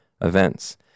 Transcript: events